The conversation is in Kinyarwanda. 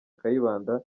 kayibanda